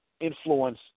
influence